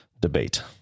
debate